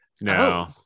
no